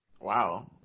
Wow